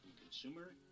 consumer